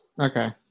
Okay